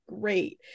great